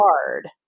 hard